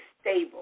stable